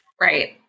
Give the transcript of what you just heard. Right